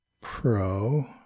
Pro